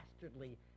dastardly